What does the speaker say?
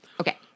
Okay